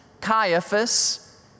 Caiaphas